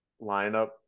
lineup